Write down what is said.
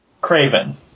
Craven